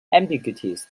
ambiguities